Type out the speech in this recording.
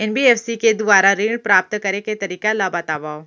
NBFC के दुवारा ऋण प्राप्त करे के तरीका ल बतावव?